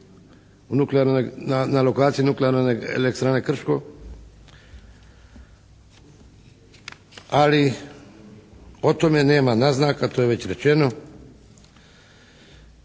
na lokaciji nuklearne elektrane Krško. Ali o tome nema naznaka, to je već rečeno.